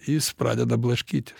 jis pradeda blaškytis